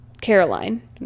Caroline